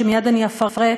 שמייד אני אפרט,